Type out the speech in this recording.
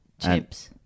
Chimps